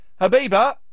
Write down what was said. Habiba